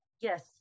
Yes